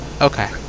Okay